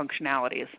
functionalities